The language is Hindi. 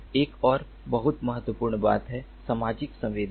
एक और बहुत महत्वपूर्ण बात है सामाजिक संवेदना